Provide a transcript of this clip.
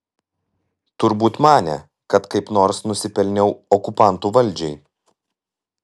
turbūt manė kad kaip nors nusipelniau okupantų valdžiai